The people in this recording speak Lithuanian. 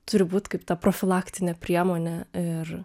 turi būt kaip ta profilaktinė priemonė ir